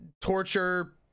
torture